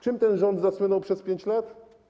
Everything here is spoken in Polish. Czym ten rząd zasłynął przez 5 lat?